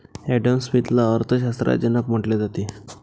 Adam स्मिथला अर्थ शास्त्राचा जनक म्हटले जाते